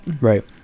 Right